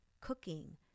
cooking